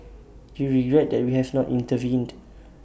do you regret that we have not intervened